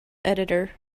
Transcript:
editor